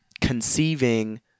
conceiving